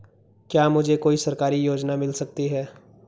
क्या मुझे कोई सरकारी योजना मिल सकती है?